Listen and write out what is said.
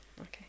Okay